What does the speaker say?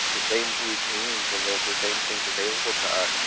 the same routines and the the same things available to us.